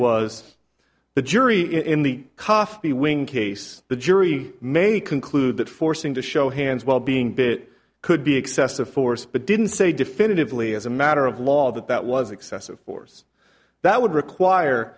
was the jury in the coffee wing case the jury may conclude that forcing to show hands while being bit could be excessive force but didn't say definitively as a matter of law that that was excessive force that would require